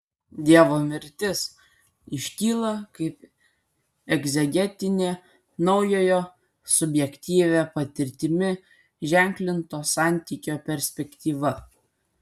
dievo mirtis iškyla kaip egzegetinė naujojo subjektyvia patirtimi ženklinto santykio perspektyva